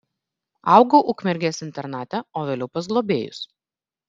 augau ukmergės internate o vėliau pas globėjus